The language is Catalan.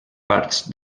parts